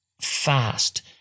fast